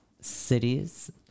cities